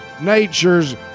nature's